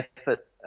effort